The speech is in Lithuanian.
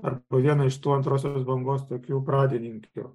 aba viena iš tų antrosios bangos tokių pradininkių